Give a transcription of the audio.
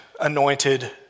anointed